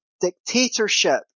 dictatorship